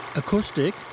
acoustic